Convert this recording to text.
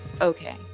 okay